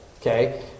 Okay